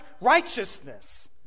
righteousness